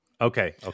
Okay